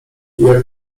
jak